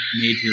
major